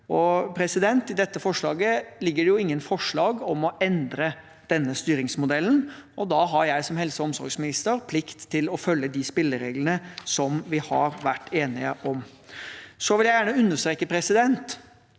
gjør. I dette forslaget ligger det ingen forslag om å endre denne styringsmodellen. Da har jeg som helse- og omsorgsminister plikt til å følge de spillereglene vi har vært enige om. Jeg vil understreke at